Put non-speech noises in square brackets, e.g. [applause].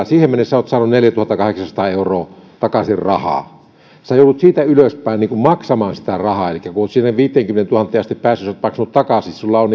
[unintelligible] siihen kahteenkymmeneentuhanteen mennessä olet saanut neljätuhattakahdeksansataa euroa takaisin rahaa sinä joudut siitä ylöspäin maksamaan rahaa elikkä kun olet sinne viiteenkymmeneentuhanteen asti päässyt sinä olet maksanut takaisin sinulla on [unintelligible]